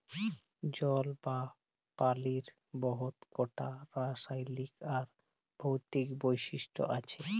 জল বা পালির বহুত কটা রাসায়লিক আর ভৌতিক বৈশিষ্ট আছে